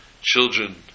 children